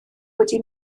wedi